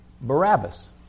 Barabbas